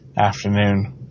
afternoon